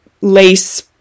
lace